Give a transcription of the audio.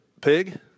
pig